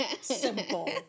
simple